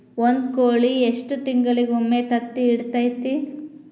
ಒಂದ್ ಕೋಳಿ ಎಷ್ಟ ತಿಂಗಳಿಗೊಮ್ಮೆ ತತ್ತಿ ಇಡತೈತಿ?